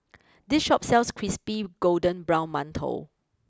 this Shop sells Crispy Golden Brown Mantou